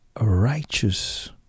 righteous